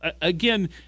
again